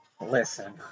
Listen